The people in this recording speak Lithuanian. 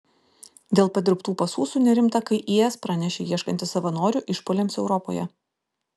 dėl padirbtų pasų sunerimta kai is pranešė ieškanti savanorių išpuoliams europoje